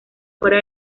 fuera